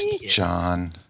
John